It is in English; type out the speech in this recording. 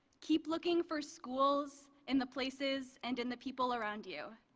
keep looking for schools in the places and in the people around you.